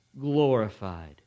glorified